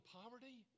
poverty